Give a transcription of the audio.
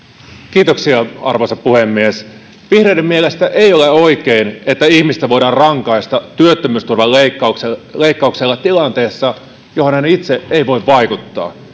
kiitoksia arvoisa puhemies vihreiden mielestä ei ole oikein että ihmistä voidaan rangaista työttömyysturvan leikkauksella leikkauksella tilanteessa johon hän itse ei voi vaikuttaa